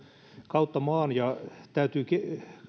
kautta maan ja täytyykin